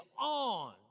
on